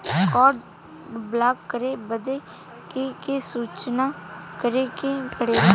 Card block करे बदी के के सूचित करें के पड़ेला?